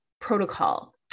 protocol